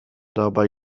dabei